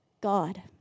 God